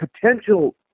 potential